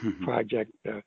project